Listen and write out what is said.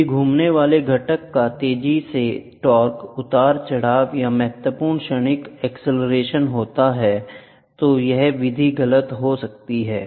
यदि घूमने वाले घटक का तेजी से टार्क उतार चढ़ाव या महत्वपूर्ण क्षणिक एक्सीलरेशन होता है तो यह विधि गलत हो सकती है